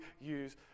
use